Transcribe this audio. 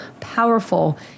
powerful